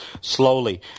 slowly